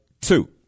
two